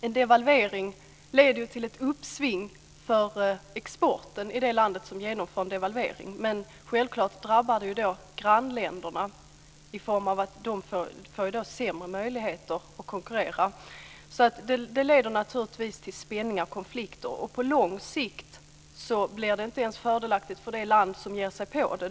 En devalvering leder ju till ett uppsving för exporten i det land som genomför devalveringen, men självfallet drabbar det grannländerna i form av sämre möjligheter för dem att konkurrera. Det leder naturligtvis till spänningar och konflikter. På lång sikt blir det inte ens fördelaktigt för det land som ger sig på det.